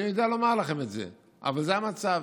אני יודע לומר לכם את זה, אבל זה המצב.